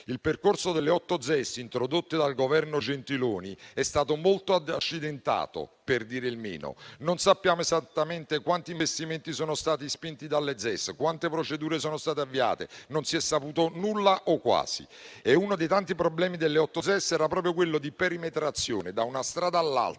Il percorso delle otto ZES introdotte dal Governo Gentiloni è stato molto accidentato, per dire il meno. Non sappiamo esattamente quanti investimenti sono stati spinti dalle ZES, quante procedure sono state avviate, non si è saputo nulla o quasi. Uno dei tanti problemi delle otto ZES era proprio quello di perimetrazione da una strada all'altra,